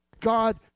God